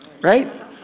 right